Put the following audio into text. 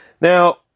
Now